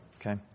okay